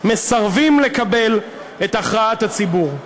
מסרבים לקבל את הכרעת הציבור.